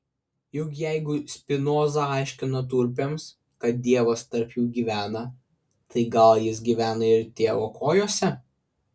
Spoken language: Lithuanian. juk jeigu spinoza aiškino tulpėms kad dievas tarp jų gyvena tai gal jis gyvena ir tėvo kojose